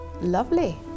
Lovely